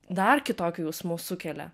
dar kitokių jausmų sukelia